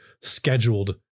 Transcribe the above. scheduled